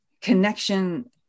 connection